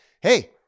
Hey